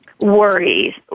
worries